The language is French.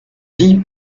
vie